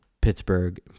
Pittsburgh